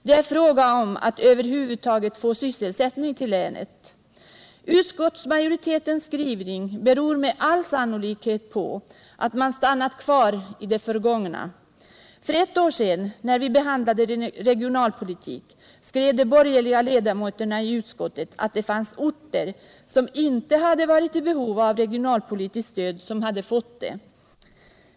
Det är fråga om att över huvud taget få sysselsättning till länet. Utskottsmajoritetens skrivning beror med all sannolikhet på att man stannat kvar i ”det förgångna”. För ett år sedan, när vi behandlade regionalpolitik, skrev de borgerliga ledamöterna i utskottet att det fanns orter som inte hade varit i behov av regionalpolitiskt stöd, som hade fått det.